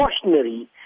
cautionary